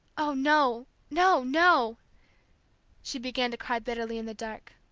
oh, no no no she began to cry bitterly in the dark.